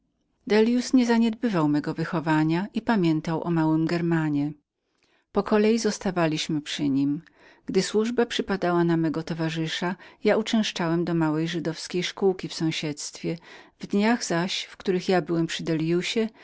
dellius nie zaniedbywał mego wychowania jak również małego germanusa po kolei zostawaliśmy przy nim gdy służba przypadała na mego towarzysza ja uczęszczałem do małej żydowskiej szkółki w sąsiedztwie w dniach zaś w których ja byłem